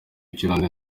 ikirundi